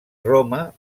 roma